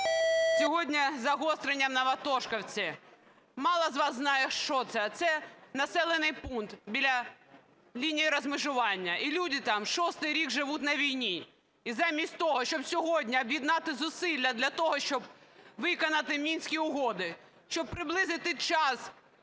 Сьогодні загострення в Новотошківці. Мало з вас знає що це, а це населений пункт біля лінії розмежування, і люди там шостий рік живуть на війні. І замість того, щоб сьогодні об'єднати зусилля для того, щоб виконати Мінські угоди, щоб приблизити час